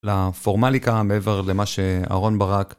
לפורמליקה מעבר למה שאהרון ברק